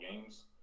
games